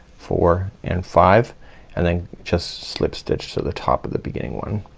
four and five and then just slip stitch to the top of the beginning one